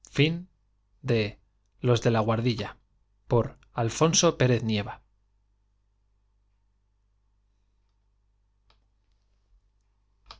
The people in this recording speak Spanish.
los de la guardilla por alfonso pérez